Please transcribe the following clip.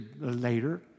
later